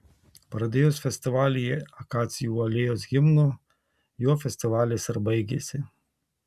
pradėjus festivalį akacijų alėjos himnu juo festivalis ir baigėsi